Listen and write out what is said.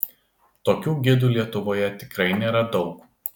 tokių gidų lietuvoje tikrai nėra daug